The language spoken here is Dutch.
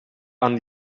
aan